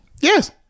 Yes